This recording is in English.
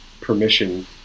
permission